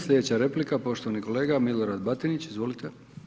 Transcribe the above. Slijedeća replika poštovani kolega Milorad Batinić, izvolite.